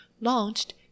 launched